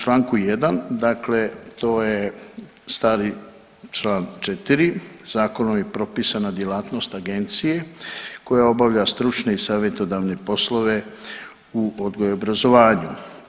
Članak, u čl. 1, dakle to je stari čl. 4. zakonom je propisana djelatnost agencije koja obavlja stručne i savjetodavne poslove u odgoju i obrazovanju.